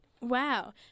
Wow